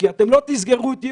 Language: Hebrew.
כי אתם לא תסגרו אותי,